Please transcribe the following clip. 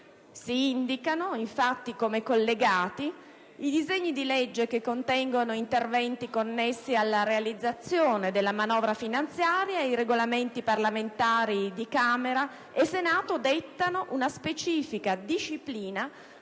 Si indicano, infatti, come collegati i disegni di legge che contengono interventi connessi alla realizzazione della manovra finanziaria ed i Regolamenti parlamentari di Camera e Senato dettano una specifica disciplina